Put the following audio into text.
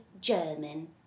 German